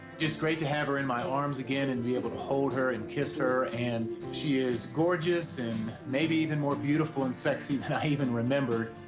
great to have her in my arms again and be able to hold her and kiss her, and she is gorgeous and maybe even more beautiful and sexy than i even remembered.